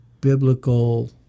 biblical